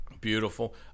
Beautiful